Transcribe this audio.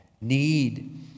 need